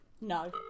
No